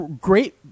great